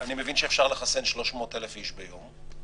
אני מבין שאפשר לחסן 300,000 איש ביום,